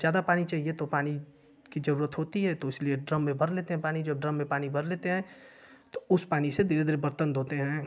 ज़्यादा पानी चाहिए तो पानी कि जरूरत होती है तो इसलिए ड्रम मे भ्यार लेते है पानी जो ड्रम मे पानी भर लेते है तो उस पानी से धीरे धीरे बर्तन धोते हैं